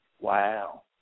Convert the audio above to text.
Wow